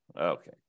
okay